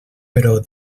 però